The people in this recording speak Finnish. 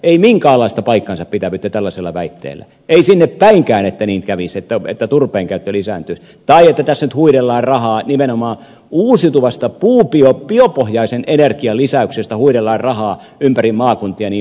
ei minkäänlaista paikkansapitävyyttä tällaisella väitteellä ei sinnepäinkään että niin kävisi että turpeen käyttö lisääntyisi tai että tässä nyt huidellaan rahaa nimenomaan uusiutuvan biopohjaisen energian lisäyksestä huidellaan rahaa ympäri maakuntia jnp